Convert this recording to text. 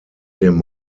dem